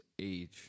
age